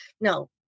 no